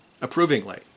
approvingly